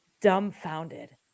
dumbfounded